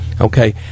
Okay